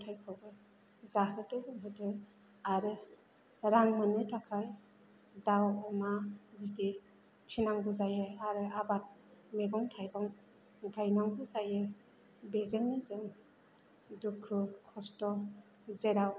गथ' गथायखौबो जाहोदो लोंहोदो आरो रां मोननो थाखाय दाव अमा बिदि फिनांगौ जायो आरो आबाद मैगं थाइगं गायनांगौ जायो बेजोंनो जों दुखु खस्थ' जेराव